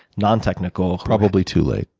nontechnical. probably too late.